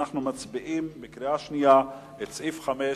אנחנו מצביעים בקריאה שנייה על סעיפים 5